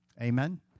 Amen